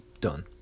done